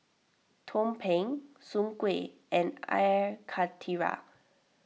Tumpeng Soon Kuih and Air Karthira